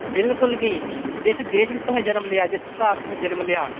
बिल्कुल बी जिस देश च तुसें जनम लेआ जिस घर तुसें जनम लेआ